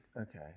Okay